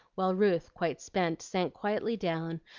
while ruth, quite spent, sank quietly down,